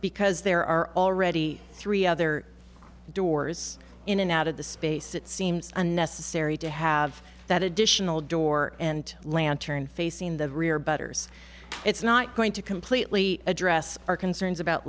because there are already three other doors in and out of the space it seems unnecessary to have that additional door and lantern facing the rear bettors it's not going to completely address our concerns about